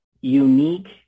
unique